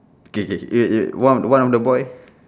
K K K ya ya one one of the boy